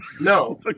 No